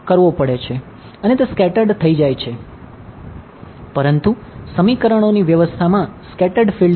કારણ કે TF માં ઇન્સીડંટ ફિલ્ડ